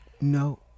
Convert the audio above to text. no